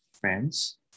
friends